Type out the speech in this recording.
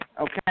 okay